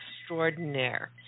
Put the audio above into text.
extraordinaire